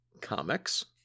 comics